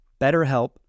BetterHelp